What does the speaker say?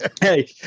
Hey